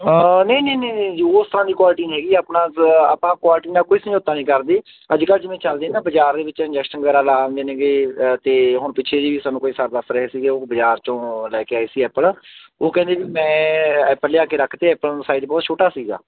ਨਹੀਂ ਨਹੀਂ ਨਹੀਂ ਨਹੀਂ ਜੀ ਉਸ ਤਰ੍ਹਾਂ ਦੀ ਕੁਆਲਿਟੀ ਨਹੀਂ ਹੈਗੀ ਆਪਣਾ ਆਪਾਂ ਕੁਆਲਟੀ ਨਾਲ ਕੋਈ ਸਮਝੌਤਾ ਨਹੀਂ ਕਰਦੇ ਅੱਜ ਕੱਲ੍ਹ ਜਿਵੇਂ ਚੱਲਦੇ ਆ ਨਾ ਬਾਜ਼ਾਰ ਦੇ ਵਿੱਚ ਇਨਜੈਕਸ਼ਨ ਵਗੈਰਾ ਲਾ ਦਿੰਦੇ ਨੇਗੇ ਅਤੇ ਹੁਣ ਪਿੱਛੇ ਜੀ ਵੀ ਸਾਨੂੰ ਕੋਈ ਸਰ ਦੱਸ ਰਹੇ ਸੀਗੇ ਉਹ ਬਾਜ਼ਾਰ 'ਚੋਂ ਲੈ ਕੇ ਆਏ ਸੀ ਐਪਲ ਉਹ ਕਹਿੰਦੇ ਵੀ ਮੈਂ ਐਪਲ ਲਿਆ ਕੇ ਰੱਖ ਤੇ ਐਪਲ ਨੂੰ ਸਾਈਜ਼ ਬਹੁਤ ਛੋਟਾ ਸੀਗਾ ਅਤੇ